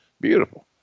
beautiful